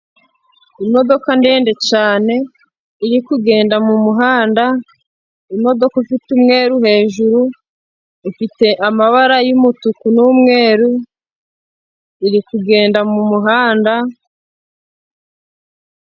Imodoka ndende cyane iri kugenda mumuhanda. Imodoka ifite umweru hejuru ifite amabara y'umutuku n'umweru iri kugenda mumuhanda.